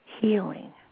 healing